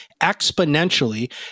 exponentially